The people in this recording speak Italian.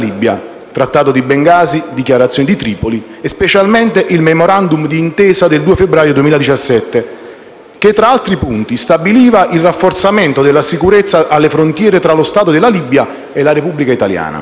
Trattato di Bengasi, Dichiarazione di Tripoli e specialmente il Memorandum d'intesa del 2 febbraio 2017, che, tra gli altri punti, stabiliva il rafforzamento della sicurezza alle frontiere tra lo Stato della Libia e la Repubblica italiana.